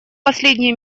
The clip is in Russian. последние